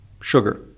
Sugar